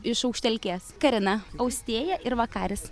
iš aukštelkės karina austėja ir vakaris